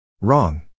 Wrong